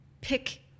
pick